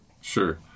Sure